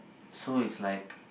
so it's like